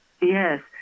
Yes